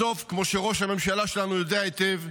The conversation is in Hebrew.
בסוף, כמו שראש הממשלה שלנו יודע היטב,